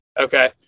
Okay